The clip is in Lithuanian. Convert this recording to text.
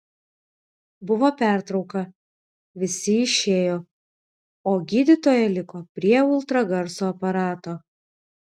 buvo pertrauka visi išėjo o gydytoja liko prie ultragarso aparato